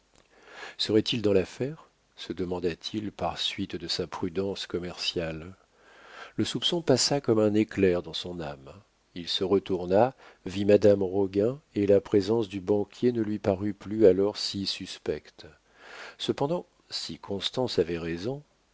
serait-il dans l'affaire se demanda-t-il par suite de sa prudence commerciale le soupçon passa comme un éclair dans son âme il se retourna vit madame roguin et la présence du banquier ne lui parut plus alors si suspecte cependant si constance avait raison